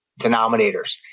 denominators